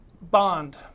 Bond